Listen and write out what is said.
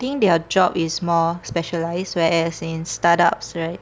think their job is more specialised where as in startups right